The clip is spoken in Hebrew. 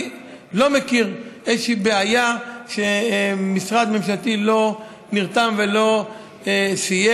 אני לא מכיר איזושהי בעיה שבה משרד ממשלתי לא נרתם ולא סייע.